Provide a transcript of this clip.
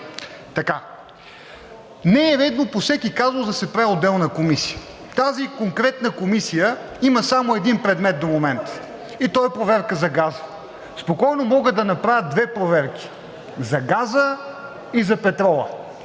Не е редно по всеки казус да се прави отделна комисия. Тази конкретна комисия има само един предмет до момента и то е проверка за газа. Спокойно могат да направят две проверки – за газа и за петрола,